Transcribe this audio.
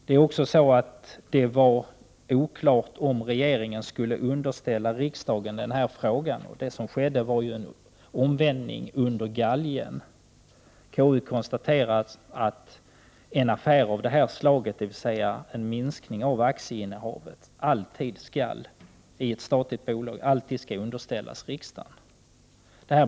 Det är också oklart om regeringen skulle underställa riksdagen denna fråga. Det som skedde var ju en omvändelse under galgen. Konstitutionsutskottet konstaterar att en affär av detta slag, dvs. en minskning av aktieinnehavet i ett statligt bolag, alltid skall underställas riksdagen.